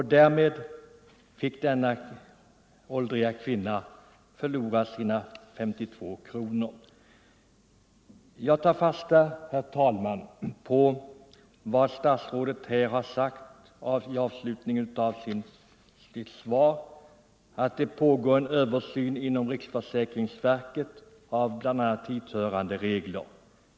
Därmed fick denna åldriga kvinna förlora sina 52 kronor. Jag tar fasta, herr talman, på statsrådets avslutande besked i svaret på min enkla fråga, att det inom riksförsäkringsverket pågår en översyn av hithörande regler.